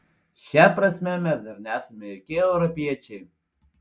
šia prasme mes dar nesame jokie europiečiai